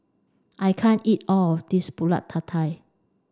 I can't eat all of this pulut tatal